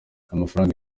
amafaranga